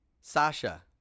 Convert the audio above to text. Sasha